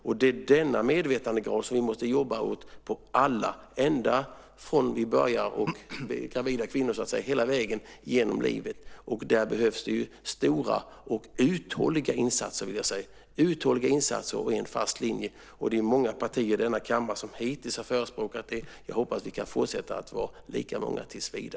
Det är denna medvetandegrad vi måste jobba mot i alla ändar, från gravida kvinnor och hela vägen genom livet. Där behövs det stora och uthålliga insatser och en fast linje. Det är många partier här i kammaren som hittills har förespråkat det. Jag hoppas att vi fortsätter att vara lika många.